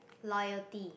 loyalty